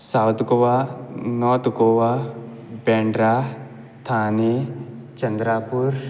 south Goa north Goa Bandra Thane Chandrapur